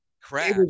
crash